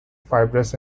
fibrous